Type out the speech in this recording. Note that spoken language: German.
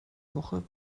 woche